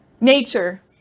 nature